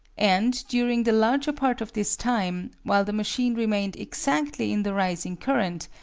and during the larger part of this time, while the machine remained exactly in the rising current,